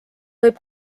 võib